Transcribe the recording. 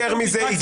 יותר מזה.